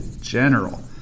general